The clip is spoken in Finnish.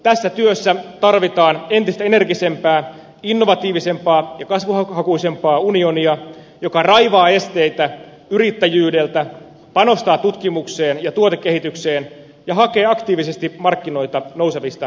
tässä työssä tarvitaan entistä energisempää innovatiivisempaa ja kasvuhakuisempaa unionia joka raivaa esteitä yrittäjyydeltä panostaa tutkimukseen ja tuotekehitykseen ja hakee aktiivisesti markkinoita nousevista talouksista